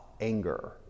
anger